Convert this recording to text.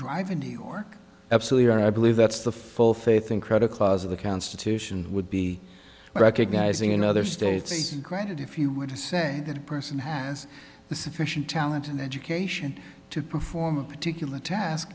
drive in new york absolutely or i believe that's the full faith and credit clause of the constitution would be recognizing in other states granted if you were to say that a person has the sufficient talent and education to perform a particular task